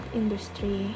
industry